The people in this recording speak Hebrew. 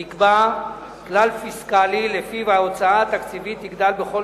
נקבע כלל פיסקלי שלפיו ההוצאה התקציבית תגדל בכל